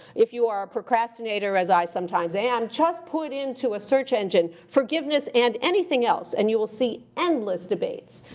if you are a procrastinator, as i sometimes am, just put into a search engine, forgiveness and anything else, and you will see endless debates,